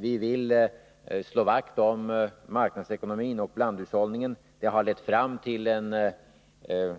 Vi vill slå vakt om marknadshushållningen och blandekonomin. Det har lett oss fram till en